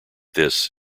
this